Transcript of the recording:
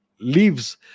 leaves